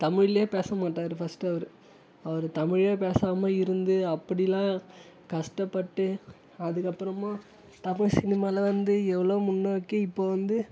தமில்ல பேச மாட்டார் ஃபர்ஸ்ட்டு அவர் அவர் தமிழே பேசாமல் இருந்து அப்படிலாம் கஷ்டப்பட்டு அதுக்கப்பறமாக தமிழ் சினிமாவில வந்து எவ்வளோ முன்னோக்கி இப்போ வந்து